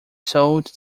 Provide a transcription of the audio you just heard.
sold